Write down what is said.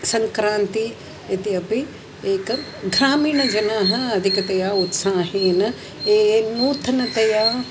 सङ्क्रान्तिः इति अपि एकं ग्रामीणजनाः अधिकतया उत्साहेन ये ये नूतनतया